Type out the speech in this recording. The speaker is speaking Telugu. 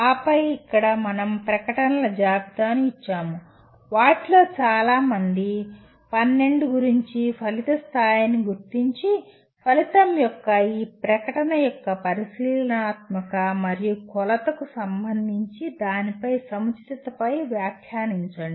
ఆపై ఇక్కడ మనం ప్రకటనల జాబితాను ఇచ్చాము వాటిలో చాలా వాటిలో 12 గురించి ఫలిత స్థాయిని గుర్తించి ఫలితం యొక్క ఈ ప్రకటన యొక్క పరిశీలనాత్మకత మరియు కొలతకు సంబంధించి దాని సముచితతపై వ్యాఖ్యానించండి